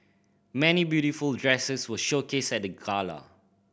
many beautiful dresses were showcased at the gala